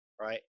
Right